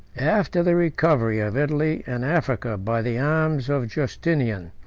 after the recovery of italy and africa by the arms of justinian,